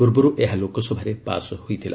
ପୂର୍ବରୁ ଏହା ଲୋକସଭାରେ ପାସ୍ ହୋଇଥିଲା